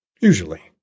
Usually